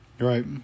right